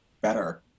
better